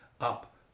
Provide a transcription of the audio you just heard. up